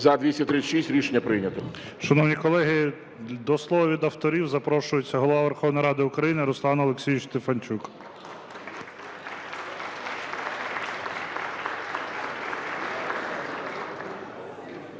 За-236 Рішення прийнято.